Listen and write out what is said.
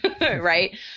Right